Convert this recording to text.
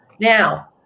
Now